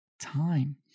time